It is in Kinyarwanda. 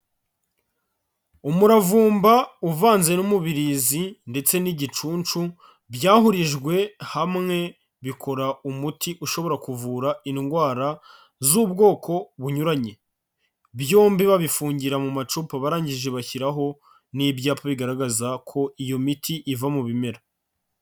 Umuravumba uvanze n'umubirizi ndetse n'igincucu byahurijwe hamwe bikora umuti ushobora kuvura indwara z'ubwoko bunyuranye. Byombi babifungira mu macupa barangije bashyiraho n'ibyapa bigaragaza ko iyo miti iva mu bimera.